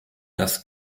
das